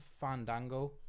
Fandango